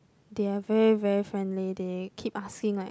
they are very very friendly they keep asking like